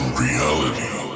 reality